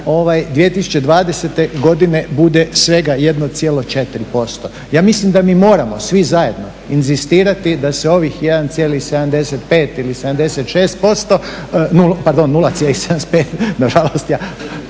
2020. godine bude svega 1,4%. Ja mislim da mi moramo svi zajedno inzistirati da se ovih 0,75 ili 0,76%